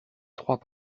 trois